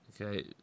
okay